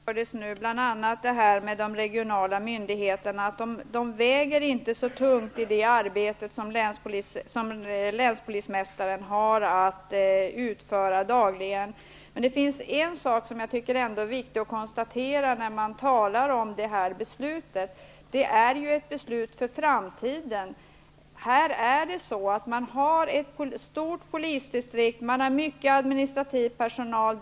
Herr talman! Jag har redan bemött en del av de synpunkter som nu framfördes. Det gäller bl.a. att de regionala myndigheterna inte väger så tungt i det arbete som länspolismästaren har att utföra dagligen. En sak är viktig att konstatera när man talar om detta beslut. Det är ett beslut för framtiden. Här finns ett stort polisdistrikt med mycket administrativ personal.